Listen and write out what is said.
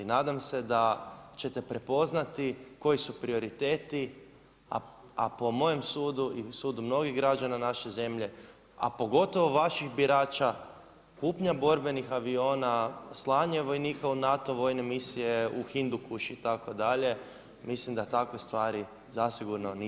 Nadam se da ćete prepoznati koji su prioriteti a po mojem sudu i sudu mnogih građana naše zemlje, a pogotovo vaših birača, kupnja borbenih aviona, slanje vojnika u NATO vojne misije u Hindukuš itd., mislim da takve stvari zasigurno nisu prioritet.